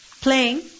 playing